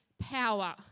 power